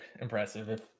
impressive